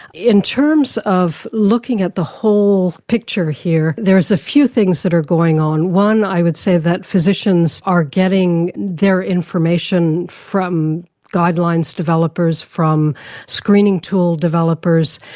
in terms of looking at the whole picture here, there's a few things that are going on. one, i would say that physicians are getting their information from guidelines developers, from screening tool developers,